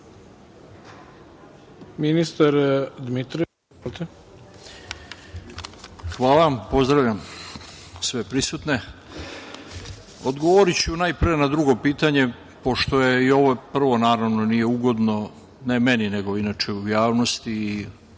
Dmitrović** Hvala vam. Pozdravljam sve prisutne. Odgovoriću najpre na drugo pitanje, pošto i ovo prvo naravno nije ugodno ne meni, nego inače u javnosti i kako